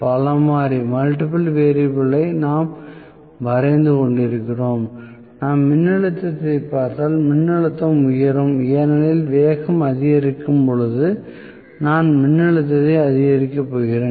பல மாறி ஐ நாம் வரைந்து கொண்டிருக்கிறோம் நான் மின்னழுத்தத்தைப் பார்த்தால் மின்னழுத்தம் உயரும் ஏனெனில் வேகம் அதிகரிக்கும் போது நான் மின்னழுத்தத்தை அதிகரிக்கப் போகிறேன்